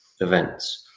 events